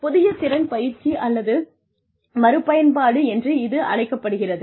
புதிய திறன் பயிற்சி அல்லது மறுபயன்பாடு என்று இது அழைக்கப்படுகிறது